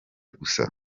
gusa